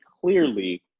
clearly